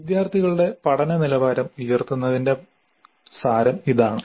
വിദ്യാർത്ഥികളുടെ പഠന നിലവാരം ഉയർത്തുന്നതിന്റെ സാരം ഇതാണ്